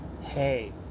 Hey